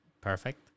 perfect